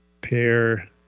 pair